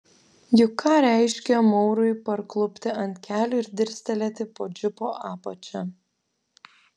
juk ką reiškė maurui parklupti ant kelių ir dirstelėti po džipo apačia